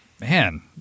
man